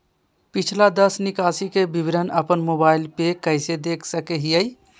पिछला दस निकासी के विवरण अपन मोबाईल पे कैसे देख सके हियई?